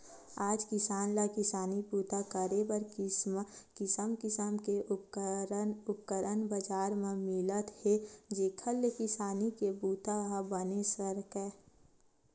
आज किसान ल किसानी बूता करे बर किसम किसम के उपकरन बजार म मिलत हे जेखर ले किसानी के बूता ह बने सरकय